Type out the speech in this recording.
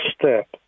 step